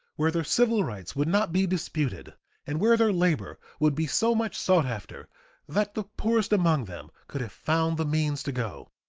where their civil rights would not be disputed and where their labor would be so much sought after that the poorest among them could have found the means to go.